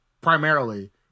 primarily